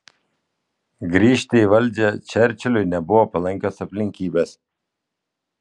grįžti į valdžią čerčiliui nebuvo palankios aplinkybės